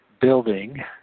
building